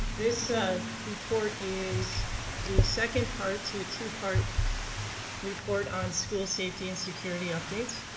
this ah report is the second part to a two-part report on school safety and security updates.